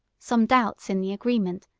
some doubts in the agreement,